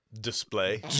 display